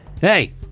Hey